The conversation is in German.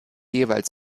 jeweils